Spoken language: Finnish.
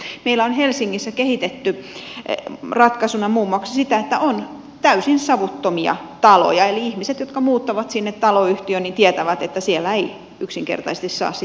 meillä on helsingissä kehitetty ratkaisuna muun muassa se että on täysin savuttomia taloja eli ihmiset jotka muuttavat sinne taloyhtiöön tietävät että siellä ei yksinkertaisesti saa sitten tupakoida